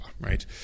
right